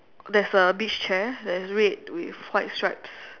there is a beach chair that is red with white stripes